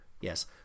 yes